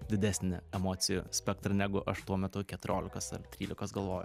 didesnį emocijų spektrą negu aš tuo metu keturiolikos ar trylikos galvojau